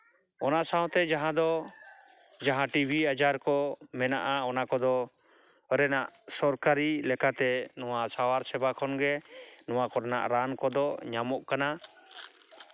ᱚᱱᱟ ᱥᱟᱶᱛᱮ ᱡᱟᱦᱟᱸ ᱫᱚ ᱡᱟᱦᱟᱸ ᱴᱤᱵᱤ ᱟᱡᱟᱨ ᱠᱚ ᱢᱮᱱᱟᱜᱼᱟ ᱚᱱᱟ ᱠᱚᱫᱚ ᱠᱚᱨᱮᱱᱟᱜ ᱥᱚᱨᱠᱟᱨᱤ ᱞᱮᱠᱟᱛᱮ ᱱᱚᱣᱟ ᱥᱟᱶᱟᱨ ᱥᱮᱵᱟ ᱠᱷᱚᱱᱜᱮ ᱱᱚᱣᱟ ᱠᱚᱨᱮᱱᱟᱜ ᱨᱟᱱ ᱠᱚᱫᱚ ᱧᱟᱢᱚᱜ ᱠᱟᱱᱟ